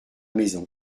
maison